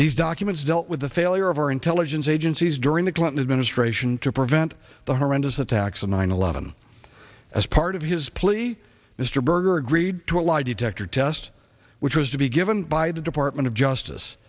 these documents dealt with the failure of our intelligence agencies during the clinton administration to prevent the horrendous attacks of nine eleven as part of his plea mr berger agreed to a lie detector test which was to be given by the department of justice